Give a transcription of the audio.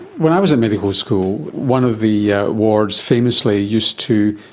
when i was at medical school, one of the yeah wards famously used to,